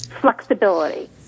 flexibility